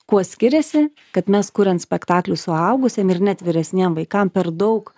kuo skiriasi kad mes kuriant spektaklių suaugusiem ir net vyresniem vaikam per daug